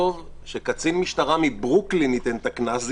שקצין משטרה מברוקלין ייתן את הקנס,